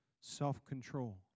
self-control